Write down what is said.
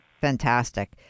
fantastic